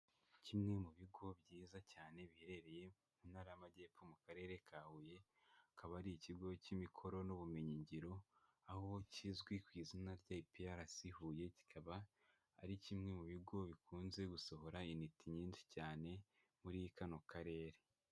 Kimwe mu bigo byiza cyane biherereye mu ntara y'amajyepfo mu karere ka Huye, akaba ari ikigo cy'imikoro n'ubumenyingiro, aho kizwi ku izina rya IPRC Huye, kikaba ari kimwe mu bigo bikunze gusohora intiti nyinshi cyane muri kano karere.